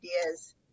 ideas